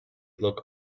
look